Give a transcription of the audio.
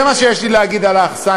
זה מה שיש לי להגיד על האכסניה,